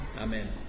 Amen